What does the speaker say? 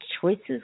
choices